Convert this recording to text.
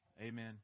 Amen